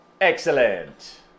Excellent